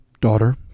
Daughter